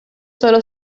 sólo